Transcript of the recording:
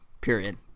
period